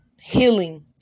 healing